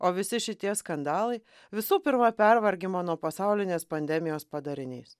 o visi šitie skandalai visų pirma pervargimo nuo pasaulinės pandemijos padarinys